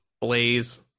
Blaze